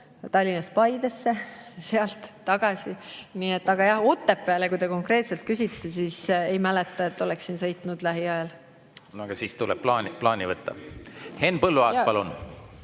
Tallinnast Paidesse ja sealt tagasi. Aga jah, Otepääle, mille kohta te konkreetselt küsite, ei mäleta, et oleksin sõitnud lähiajal. Aga siis tuleb plaani võtta. Henn Põlluaas, palun!